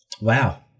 Wow